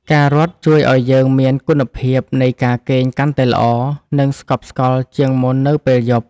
ការរត់ជួយឱ្យយើងមានគុណភាពនៃការគេងកាន់តែល្អ និងស្កប់ស្កល់ជាងមុននៅពេលយប់។